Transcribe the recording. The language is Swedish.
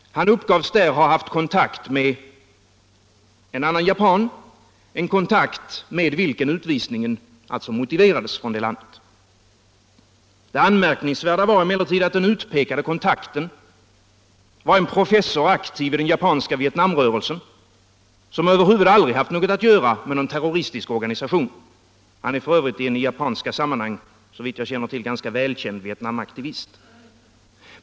Han uppgavs där ha haft kontakt med en annan japan, en kontakt med vilken utvisningen från det landet alltså motiverades. Det anmärkningsvärda var emellertid att den utpekade kontakten var en professor, aktiv i den japanska Vietnamrörelsen, som över huvud taget aldrig haft något att göra med någon terroristisk organisation. Han är f.ö. en i japanska sammanhang såvitt jag känner till tämligen välkänd vietnamaktivist.